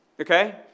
Okay